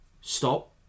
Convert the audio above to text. stop